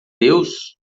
deus